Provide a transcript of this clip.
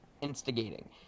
instigating